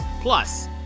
Plus